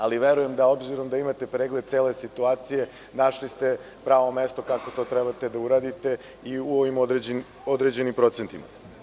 Ali, verujem da obzirom da imate pregled cele situacije našli ste pravo mesto kako to trebate da uradite i u ovim određenim procentima.